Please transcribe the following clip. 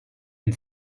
and